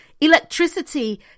Electricity